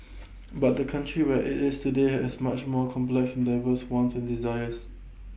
but the country where IT is today has much more complex and diverse wants and desires